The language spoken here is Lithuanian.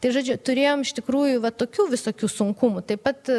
tai žodžiu turėjom iš tikrųjų va tokių visokių sunkumų taip pat